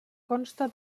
consta